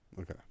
Okay